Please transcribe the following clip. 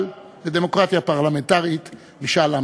אבל אני רוצה גם להודות לחבר הכנסת אלקין, שהתחיל